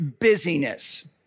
busyness